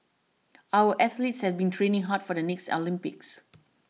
our athletes have been training hard for the next Olympics